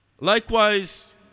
Likewise